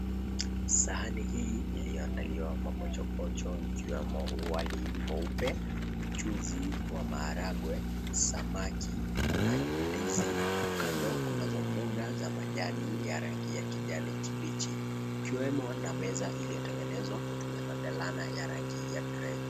Sahani hii iliyoandaliwa mapochopocho 𝑖𝑘𝑖𝑤𝑒𝑚𝑜 wali mweupe, mchuuzi wa maharagwe, samaki, kunayo ndizi, kando kunazo mboga za majani ya rangi ya kijani kibichi. Kukiwemo na meza iliyotengenezwa kutumia magalana ya rangi ya grey .